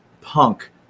punk